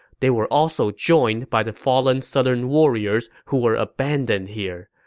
they were also joined by the fallen southern warriors who were abandoned here.